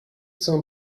some